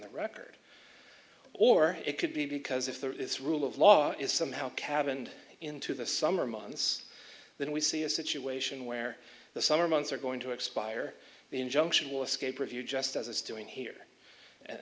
the record or it could be because if there is rule of law is somehow cabined into the summer months then we see a situation where the summer months are going to expire the injunction will escape review just as it's doing here a